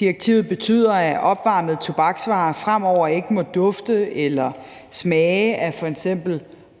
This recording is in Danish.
Direktivet betyder, at opvarmede tobaksvarer fremover ikke må dufte eller smage af f.eks.